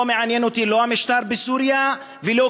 לא מעניין אותי לא המשטר בסוריה ולא